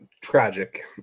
tragic